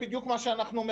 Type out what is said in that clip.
על זה בדיוק אנחנו מדברים.